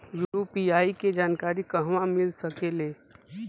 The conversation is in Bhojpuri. यू.पी.आई के जानकारी कहवा मिल सकेले?